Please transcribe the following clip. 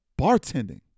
bartending